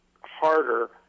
harder